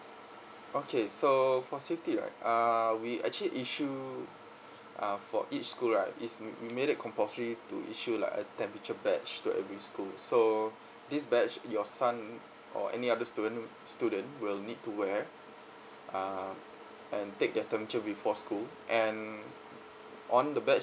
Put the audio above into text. okay so for safety right err we actually issue uh for each school right is we we made make it compulsory to issue like a temperature badge to every school so this badge your son or any other student student will need to wear uh and take their temperature before school and on the badge